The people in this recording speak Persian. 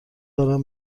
دارم